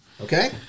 Okay